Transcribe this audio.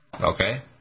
okay